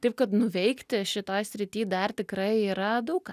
taip kad nuveikti šitoj srity dar tikrai yra daug ką